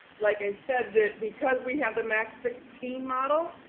like i said, that because we have the max sixteen model,